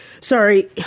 Sorry